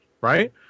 right